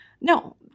No